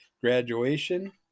graduation